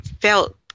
felt